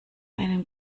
einen